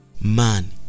Man